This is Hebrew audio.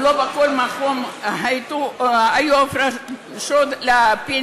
ולא בכל מקום היו הפרשות לפנסיה,